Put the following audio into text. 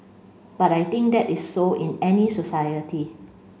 but I think that is so in any society